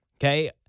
Okay